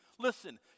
Listen